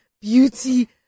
beauty